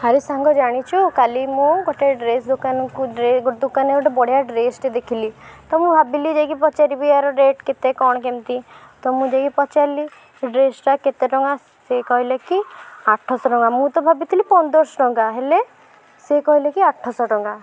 ଆରେ ସାଙ୍ଗ ଜାଣିଛୁ କାଲି ମୁଁ ଗୋଟେ ଡ୍ରେସ୍ ଦୋକାନକୁ ଡ୍ରେ ଗୋଟେ ଦୋକାନରେ ଗୋଟେ ବଢ଼ିଆ ଡ୍ରେସ୍ଟେ ଦେଖିଲି ତ ମୁଁ ଭାବିଲି ଯାଇକି ପଚାରିବି ଆର ରେଟ୍ କେତେ କ'ଣ କେମିତି ତ ମୁଁ ଯାଇକି ପଚାରିଲି ସେ ଡ୍ରେସ୍ଟା କେତେ ଟଙ୍କା ସିଏ କହିଲେ କି ଆଠଶହ ଟଙ୍କା ମୁଁ ତ ଭାବିଥିଲି ପନ୍ଦରଶହ ଟଙ୍କା ହେଲେ ସେ କହିଲେ କି ଆଠଶହ ଟଙ୍କା